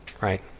Right